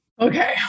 Okay